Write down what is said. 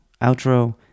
outro